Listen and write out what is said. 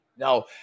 Now